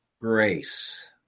grace